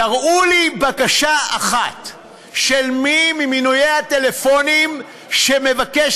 תראו לי בקשה אחת של מי ממנויי הטלפונים שמבקש